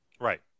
Right